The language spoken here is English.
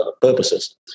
purposes